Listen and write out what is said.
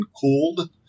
cooled